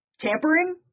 Tampering